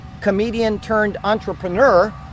comedian-turned-entrepreneur